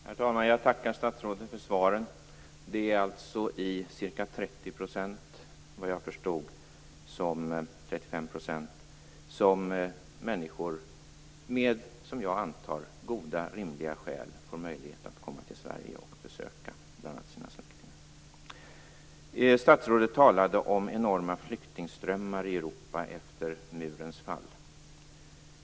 Herr talman! Jag tackar statsrådet för svaret. Det är, såvitt jag förstår, i ca 30-35 % av fallen som människor med, som jag antar, goda och rimliga skäl har möjlighet att komma till Sverige och besöka bl.a. sina släktingar. Statsrådet talade om enorma flyktingströmmar i Europa efter murens fall.